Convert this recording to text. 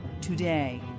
today